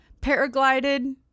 paraglided